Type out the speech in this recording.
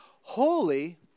holy